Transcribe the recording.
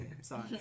sorry